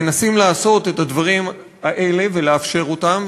מנסים לעשות את הדברים האלה ולאפשר אותם,